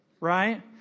Right